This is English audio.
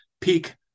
peak